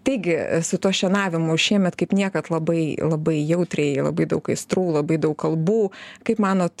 taigi su tuo šienavimu šiemet kaip niekad labai labai jautriai labai daug aistrų labai daug kalbų kaip manot